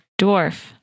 dwarf